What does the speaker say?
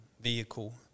vehicle